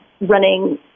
running